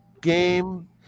game